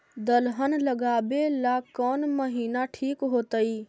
दलहन लगाबेला कौन महिना ठिक होतइ?